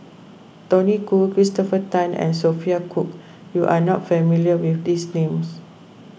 Tony Khoo Christopher Tan and Sophia Cooke you are not familiar with these names